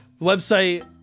website